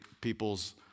people's